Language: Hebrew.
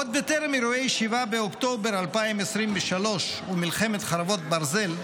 עוד טרם אירועי 7 באוקטובר 2023 ומלחמת חרבות ברזל,